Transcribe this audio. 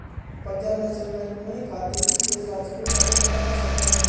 Punjab National Bank में खाते की शेष राशि को कैसे पता कर सकते हैं?